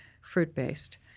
fruit-based